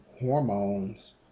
hormones